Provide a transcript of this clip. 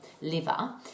liver